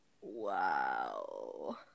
Wow